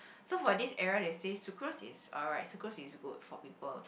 so for this era they say sucrose is alright sucrose is good for people